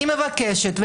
אני מבקשת.